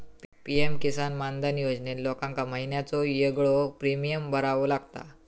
PM Kisan Mandhan योजनेत लोकांका महिन्याचो येगळो प्रीमियम भरावो लागता